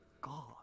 God